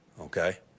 Okay